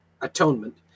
atonement